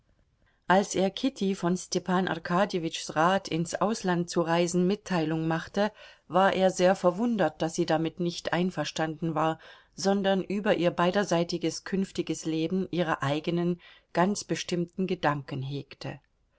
als er kitty von stepan arkadjewitschs rat ins ausland zu reisen mitteilung machte war er sehr verwundert daß sie damit nicht einverstanden war sondern über ihr beiderseitiges künftiges leben ihre eigenen ganz bestimmten gedanken hegte